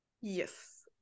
Yes